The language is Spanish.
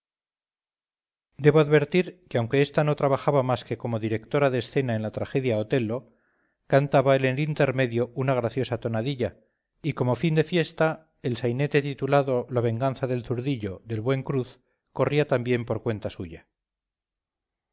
debo advertir que aunque ésta no trabajaba más que como directora de escena en la tragedia otello cantaba en el intermedio una graciosa tonadilla y como fin de fiesta el sainete titulado la venganza del zurdillo del buen cruz corría también por cuenta suya